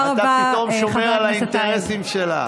אתה פתאום שומר על האינטרסים שלה.